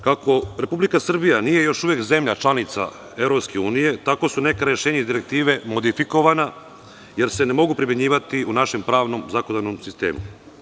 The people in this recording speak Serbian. Kako Republika Srbija nije još uvek zemlja članica EU, tako su neka rešenja iz Direktive modifikovana, jer se ne mogu primenjivati u našem pravnom zakonodavnom sistemu.